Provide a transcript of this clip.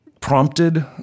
prompted